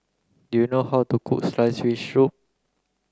do you know how to cook sliced fish soup